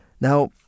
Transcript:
Now